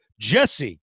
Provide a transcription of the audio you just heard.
Jesse